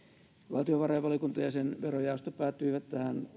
valtiovarainvaliokunta ja sen verojaosto päätyivät tähän